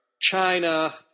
China